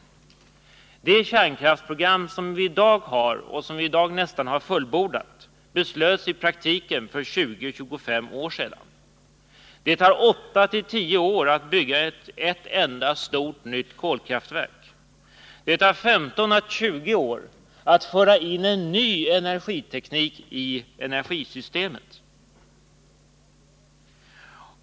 Det kärnkraftsprogram som vi i dag har och som vi nästan har fullbordat beslöts i praktiken för 20-25 år sedan. Det tar åtta tio år att bygga ett enda stort nytt kolkraftverk. Det tar 15-20 år att föra in en ny energiteknik i stor skala i energisystemet.